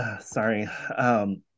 Sorry